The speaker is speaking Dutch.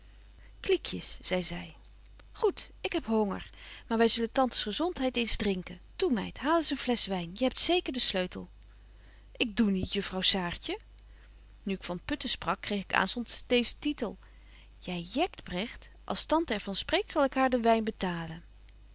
kliekjes zei zy goed ik heb honger maar wy zullen tantes gezontheid eens drinken toe meid haal eens een fles wyn jy hebt zeker den sleutel ik doe niet juffrouw saartje nu ik van putten sprak kreeg ik aanstonds deezen tytel jy jokt bregt als tante er van spreekt zal ik haar den wyn betalen